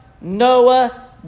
Noah